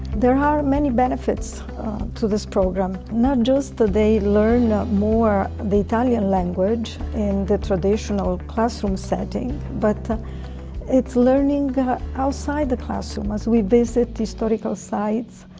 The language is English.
there are many benefits to this program. not just that they learn ah more, the italian language, in the traditional classroom setting. but it's learning outside the classroom, as we visit historical sites,